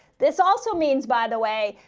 this also means by the way,